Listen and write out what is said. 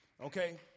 Okay